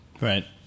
Right